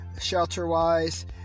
shelter-wise